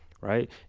right